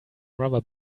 rubber